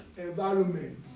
environment